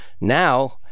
Now